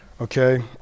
Okay